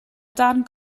darn